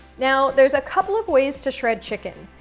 now, there's a couple of ways to shred chicken.